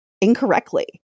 incorrectly